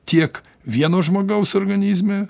tiek vieno žmogaus organizme